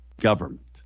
government